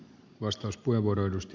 ensiksi ed